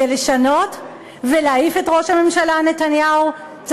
לשנות ולהעיף את ראש הממשלה נתניהו,